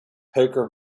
poker